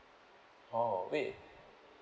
oh wait